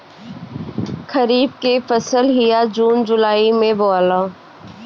खरीफ के फसल इहा जून जुलाई में बोआला